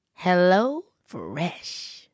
HelloFresh